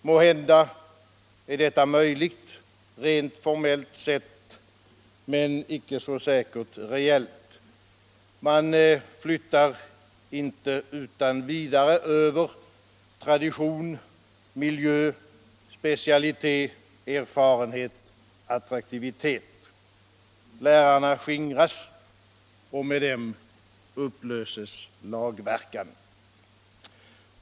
Måhända är detta möjligt rent formellt sett men icke så säkert reellt. Man flyttar inte utan vidare över tradition, miljö, specialitet, erfarenhet, attraktivitet. Lärarna skingras och med dem upplöses lagverkan.